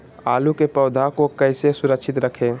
आलू के पौधा को कैसे सुरक्षित रखें?